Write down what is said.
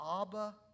Abba